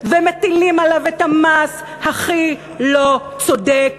שלו ומטילים עליו את המס הכי לא צודק,